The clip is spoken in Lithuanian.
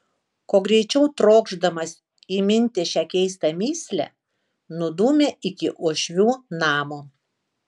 kuo greičiau trokšdamas įminti šią keistą mįslę nudūmė iki uošvių namo